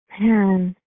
Man